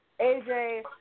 AJ